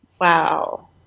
Wow